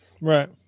Right